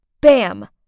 BAM